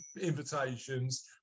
invitations